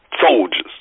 soldiers